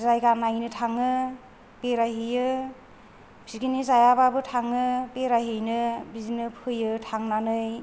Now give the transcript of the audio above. जायगा नायनो थाङो बेरायहैयो पिकनिक जायाबाबो थाङो बिदिनो बेरायहैनो बिदिनो फैयो थांनानै